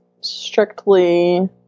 strictly